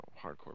hardcore